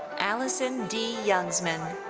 allison d. youngsman.